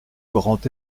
grand